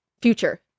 future